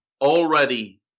already